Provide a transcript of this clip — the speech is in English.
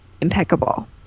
impeccable